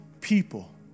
people